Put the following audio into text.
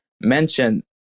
mention